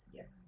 Yes